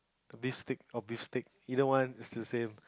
a beef stick or beef stick either one it's the same